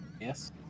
Yes